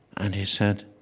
and he said,